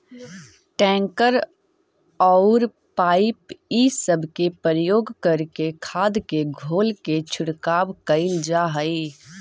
tanker औउर pipe इ सब के प्रयोग करके खाद के घोल के छिड़काव कईल जा हई